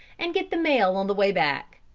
and get the mail on the way back.